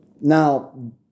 Now